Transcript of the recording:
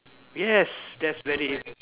yes that's very